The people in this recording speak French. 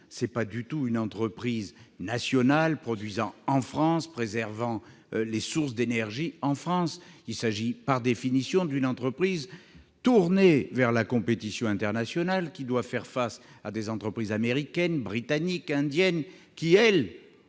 non pas d'une entreprise nationale produisant et préservant les sources d'énergie en France, mais, par définition, d'une entreprise tournée vers la compétition internationale qui doit faire face à des entreprises américaines, britanniques, indiennes, lesquelles